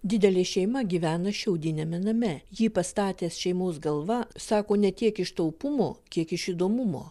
didelė šeima gyvena šiaudiniame name jį pastatęs šeimos galva sako ne tiek iš taupumo kiek iš įdomumo